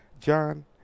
john